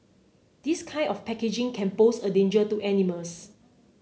this kind of packaging can pose a danger to animals